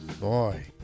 Boy